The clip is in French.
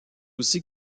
aussi